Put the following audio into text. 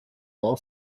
while